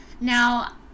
Now